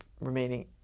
remaining